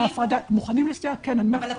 כן, בוודאי.